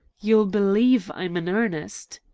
you'll believe i'm in earnest!